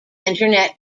internet